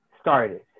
started